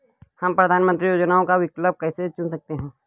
हम प्रधानमंत्री योजनाओं का विकल्प कैसे चुन सकते हैं?